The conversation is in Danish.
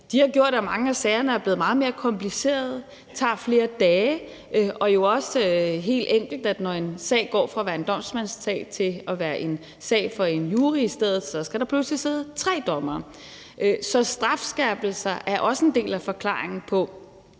år, har gjort, at mange af sagerne er blevet meget mere komplicerede og tager flere dage, og det er jo også helt enkelt, at når en sag går fra at være en domsmandssag til at være en sag for en jury i stedet, skal der pludselig sidde tre dommere. Så strafskærpelser er også en del af forklaringen på,